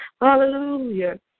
hallelujah